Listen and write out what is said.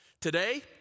Today